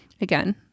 again